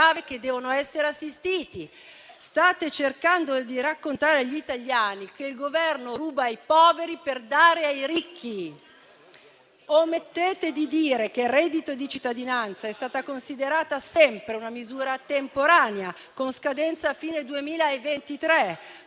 che devono essere assistiti; state cercando di raccontare agli italiani che il Governo ruba ai poveri per dare ai ricchi. Omettete di dire invece che il reddito di cittadinanza è stato considerato sempre una misura temporanea, con scadenza alla fine del